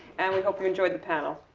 and we hope you enjoyed the panel.